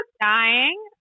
Dying